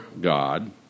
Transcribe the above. God